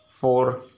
four